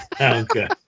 okay